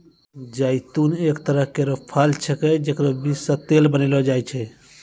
जैतून एक तरह केरो फल छिकै जेकरो बीज सें तेल बनैलो जाय छै